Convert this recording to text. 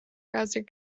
browser